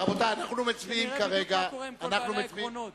בדיוק מה קורה עם כל בעלי העקרונות.